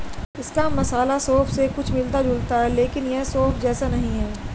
इसका मसाला सौंफ से कुछ मिलता जुलता है लेकिन यह सौंफ जैसा नहीं है